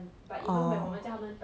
oh